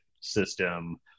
system